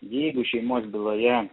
jeigu šeimos byloje